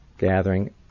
gathering